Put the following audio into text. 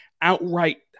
outright